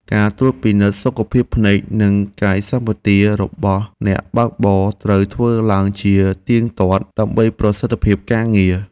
ការត្រួតពិនិត្យសុខភាពភ្នែក និងកាយសម្បទារបស់អ្នកបើកបរត្រូវធ្វើឡើងជាទៀងទាត់ ដើម្បីប្រសិទ្ធភាពការងារ។